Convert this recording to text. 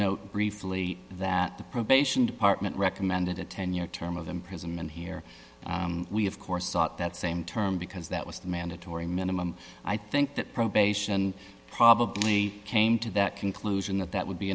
note briefly that the probation department recommended a ten year term of imprisonment here we of course sought that same term because that was the mandatory minimum i think that probation probably came to that conclusion that that would be